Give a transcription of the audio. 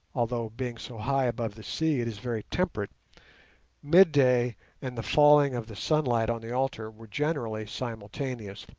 although being so high above the sea it is very temperate midday and the falling of the sunlight on the altar were generally simultaneous.